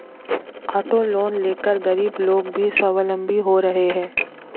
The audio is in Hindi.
ऑटो लोन लेकर गरीब लोग भी स्वावलम्बी हो रहे हैं